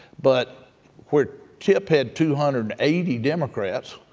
but where tip had two hundred and eighty democrats,